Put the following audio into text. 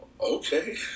Okay